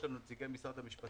יש לנו שם את נציגי משרד המשפטים,